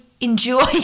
enjoy